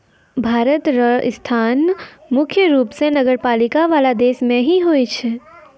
भारत र स्थान मुख्य रूप स नगरपालिका वाला देश मे ही होय छै